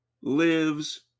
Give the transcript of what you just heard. lives